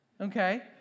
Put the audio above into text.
Okay